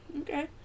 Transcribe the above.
Okay